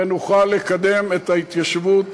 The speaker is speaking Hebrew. ונוכל לקדם את ההתיישבות